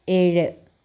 ഏഴ്